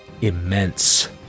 immense